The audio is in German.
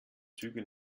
züge